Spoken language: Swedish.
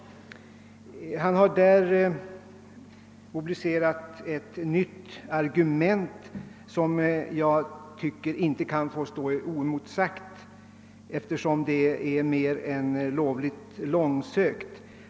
Han har därvid mobiliserat ett nytt argument, som jag tycker inte kan få stå oemotsagt, eftersom det är mer än lovligt långsökt.